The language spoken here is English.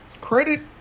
credit